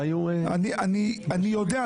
אני יודע,